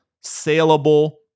saleable